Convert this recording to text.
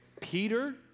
Peter